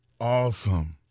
Awesome